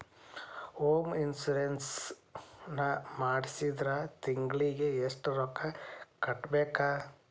Home insurance ನ ಮಾಡ್ಸಿದ್ರ ತಿಂಗ್ಳಿಗೆ ಎಷ್ಟ್ ರೊಕ್ಕಾ ಕಟ್ಬೇಕ್?